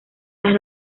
las